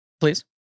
Please